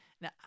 Now